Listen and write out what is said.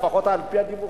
לפחות על-פי הדיווחים.